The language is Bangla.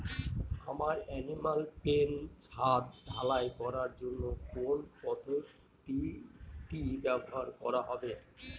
আমার এনিম্যাল পেন ছাদ ঢালাই করার জন্য কোন পদ্ধতিটি ব্যবহার করা হবে?